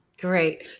great